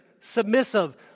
submissive